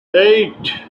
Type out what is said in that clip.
eight